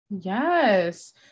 Yes